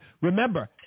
Remember